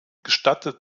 gestattet